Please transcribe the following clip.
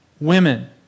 women